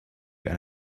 and